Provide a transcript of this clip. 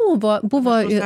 buvo buvo ir